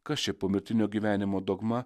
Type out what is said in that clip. kas čia pomirtinio gyvenimo dogma